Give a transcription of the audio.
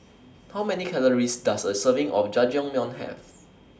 How Many Calories Does A Serving of Jajangmyeon Have